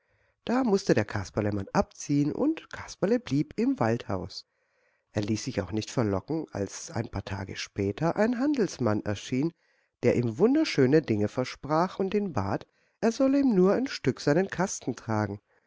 da mußte der kasperlemann abziehen und kasperle blieb im waldhaus er ließ sich auch nicht verlocken als ein paar tage später ein handelsmann erschien der ihm wunderschöne dinge versprach und ihn bat er solle ihm nur ein stück seinen kasten tragen